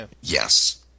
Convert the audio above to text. Yes